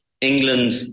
England